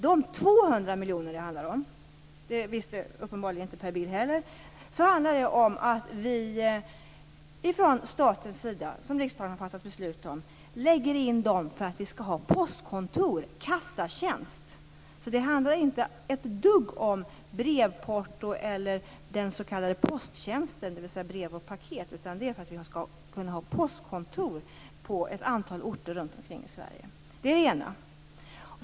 De 200 miljonerna - det visste uppenbarligen inte heller Per Bill - från statens sida, som riksdagen fattat beslut om, skall användas för postkontor, kassatjänster. Det handlar inte ett dugg om brevporto eller den s.k. posttjänsten, dvs. brev och paket. Detta är för att vi skall kunna ha postkontor på ett antal orter i Sverige.